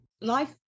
Life